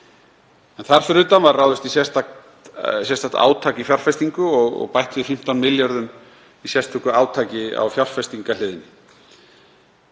Þar fyrir utan var ráðist í sérstakt átak í fjárfestingu og bætt við 15 milljörðum kr. í sérstakt átak á fjárfestingarhliðinni